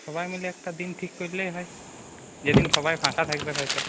সবাই মিলে একটা দিন ঠিক করলেই হয় যে দিন সবাই ফাঁকা থাকবে হয়তো